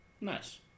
Nice